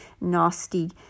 nasty